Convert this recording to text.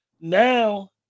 Now